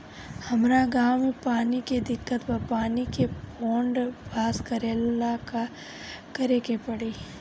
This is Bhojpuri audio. हमरा गॉव मे पानी के दिक्कत बा पानी के फोन्ड पास करेला का करे के पड़ी?